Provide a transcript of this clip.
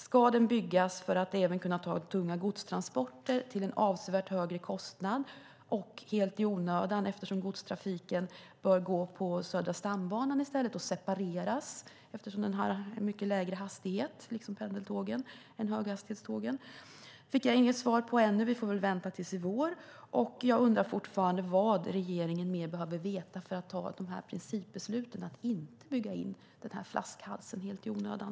Ska den byggas för att även kunna ta tunga godstransporter - till en avsevärt högre kostnad och helt i onödan, eftersom godstrafiken bör gå på Södra stambanan i stället och separeras, eftersom den liksom pendeltågen har en mycket lägre hastighet än höghastighetstågen? Det fick jag inget svar på än. Vi får väl vänta tills i vår. Jag undrar fortfarande vad regeringen behöver veta mer för att ta principbesluten att inte bygga in den här flaskhalsen helt i onödan?